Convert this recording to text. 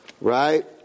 right